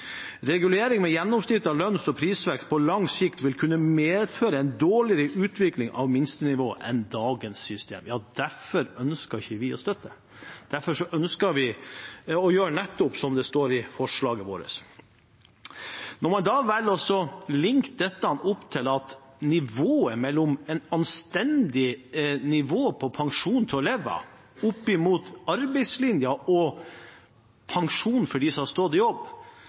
Regulering med gjennomsnitt av lønns- og prisvekst på lang sikt vil kunne medføre en dårligere utvikling av minstenivå enn dagens system. Derfor ønsker vi ikke å støtte det. Derfor ønsker vi å gjøre nettopp det som det står i forslaget vårt. Når man velger å linke dette opp slik, et anstendig nivå på pensjon til å leve av opp imot arbeidslinje og pensjon for dem som har stått i jobb